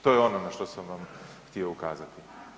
To je ono na što sam vam htio ukazati.